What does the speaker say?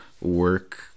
work